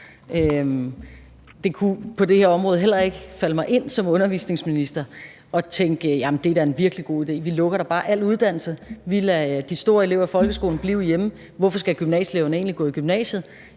Det kunne på det her område heller ikke falde mig ind som undervisningsminister at tænke: Jamen det er da en virkelig god idé; vi lukker da bare al uddannelse; vi lader de store elever i folkeskolen blive hjemme; hvorfor skal gymnasieeleverne egentlig gå i gymnasiet,